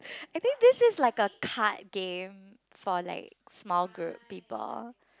I think this is like a card game for like small group people